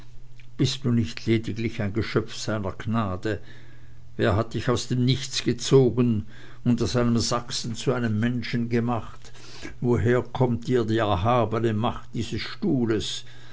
bist du nicht lediglich ein geschöpf seiner gnade wer hat dich aus dem nichts gezogen und aus einem sachsen zu einem menschen gemacht woher kommt dir die erhabene macht dieses stuhles